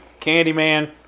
Candyman